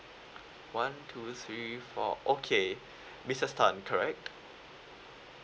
one two three four okay misses tan correct